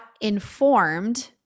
informed